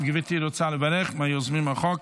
גברתי רוצה לברך, מיוזמי החוק?